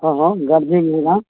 हँ हँ गार्जिअन बिना